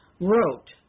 wrote